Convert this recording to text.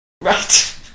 Right